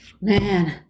man